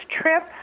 trip